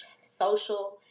social